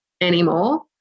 anymore